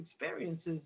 experiences